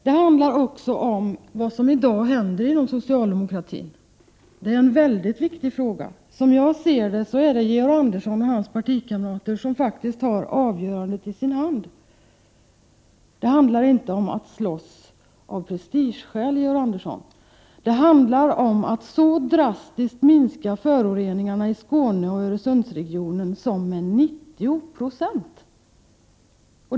Det handlar också om vad som i dag händer inom socialdemokratin. Det är en mycket viktig fråga. Som jag ser det har Georg Andersson och hans partikamrater faktiskt avgörandet i sin hand. Det handlar inte om att slåss av prestigeskäl, Georg Andersson — det handlar om att minska föroreningarna i Skåne och Öresundsregionen så drastiskt som med 90 96!